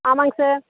ஆமாம்ங்க சார்